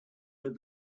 but